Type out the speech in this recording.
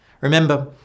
Remember